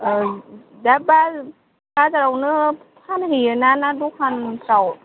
औ दा बा बाजारावनो फानहैयोना ना दखानफोराव